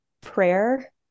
prayer